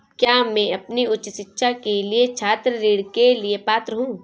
क्या मैं अपनी उच्च शिक्षा के लिए छात्र ऋण के लिए पात्र हूँ?